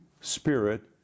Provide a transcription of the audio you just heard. Spirit